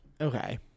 Okay